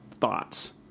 thoughts